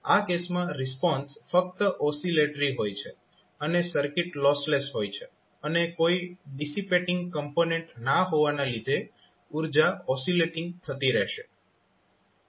આ કેસમાં રિસ્પોન્સ ફક્ત ઓસિલેટરી હોય છે અને સર્કિટ લોસલેસ હોય છે અને કોઈ ડિસિપેટિંગ કોમ્પોનેન્ટ ના હોવાના લીધે ઉર્જા ઓસિલેટીંગ થતી રહેશે